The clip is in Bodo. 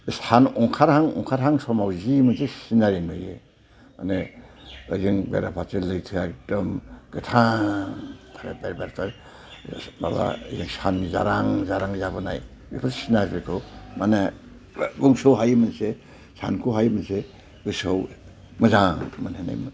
सान ओंखारहां ओंखारहां समाव जि मोनसे सिनारि नुयो माने ओजों बेराफारसे लैथोआ एखदम गोथार माबा सानजारां जारां जाबोनाय इफोर सिनारिखौ माने बुंस'हायि मोनसे सानख'हायि मोनसे गोसोआव मोजां मोनहोनाय मोनो